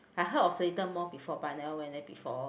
I heard of Seletar Mall before but I never went there before